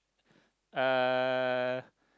uh